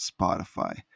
spotify